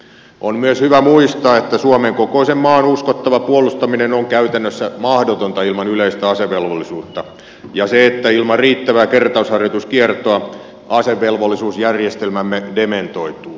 on myös hyvä muistaa että suomen kokoisen maan uskottava puolustaminen on käytännössä mahdotonta ilman yleistä asevelvollisuutta ja että ilman riittävää kertausharjoituskiertoa asevelvollisuusjärjestelmämme dementoituu